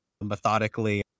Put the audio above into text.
methodically